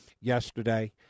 yesterday